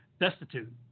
destitute